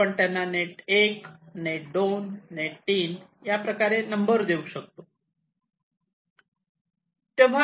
आपण त्यांना net 1 net 2 net 3 याप्रकारे नंबर देऊ शकतो